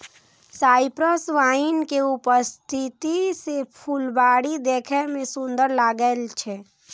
cypress vine के उपस्थिति सं फुलबाड़ी देखै मे सुंदर लागै छै